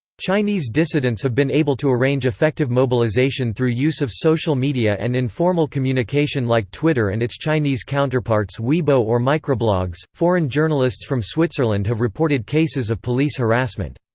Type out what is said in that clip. chinese dissidents have been able to arrange effective mobilization through use of social media and informal communication like twitter and its chinese counterparts weibo or microblogs foreign journalists from switzerland have reported cases of police harassment.